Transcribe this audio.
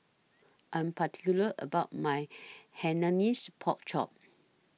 I'm particular about My Hainanese Pork Chop